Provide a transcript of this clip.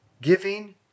giving